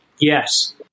Yes